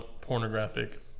pornographic